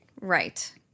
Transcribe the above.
Right